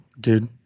dude